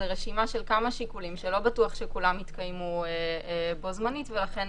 זו רשימה של כמה שיקולים שלא בטוח שכולם יתקיימו בו זמנית ולכן